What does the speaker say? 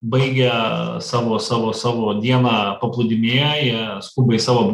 baigia savo savo savo dieną paplūdimyje jie skuba į savo